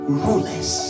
rulers